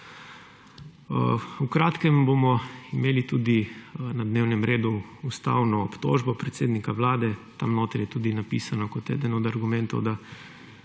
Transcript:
V kratkem bomo imeli tudi na dnevnem redu ustavno obtožbo predsednika Vlade, tam notri je tudi napisan kot eden od argumentov, da